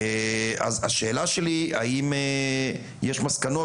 השאלה שלי היא אם יש מסקנות.